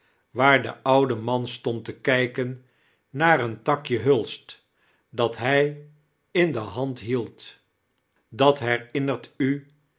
waar de oude man stond te kijken near een takje hulst dat hij in de hand hield dat herinnert u